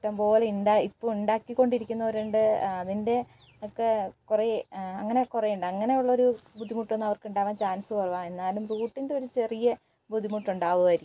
ഇഷ്ടംപോലെ ഉണ്ട് ഇപ്പോൾ ഉണ്ടാക്കിക്കൊണ്ടിരിക്കുന്നവരുണ്ട് അതിൻ്റെ ഒക്കെ കുറേ അങ്ങനെ കറേയുണ്ട് അങ്ങനെ ഉള്ളൊരു ബുദ്ധിമുട്ടൊന്നും അവർക്ക് ഉണ്ടാവാൻ ചാൻസ് കുറവാണ് എന്നാലും റൂട്ടിൻ്റെ ഒരു ചെറിയ ബുദ്ധിമുട്ട് ഉണ്ടാവുമായിരിക്കും